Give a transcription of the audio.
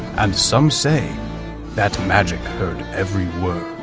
and some say that magic heard every word.